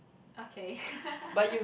okay